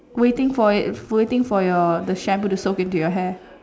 waiting for it waiting for your the shampoo to soak into your hair